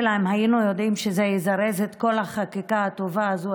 אם היינו יודעים שזה יזרז את כל החקיקה הטובה הזו,